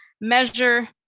measure